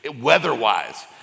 weather-wise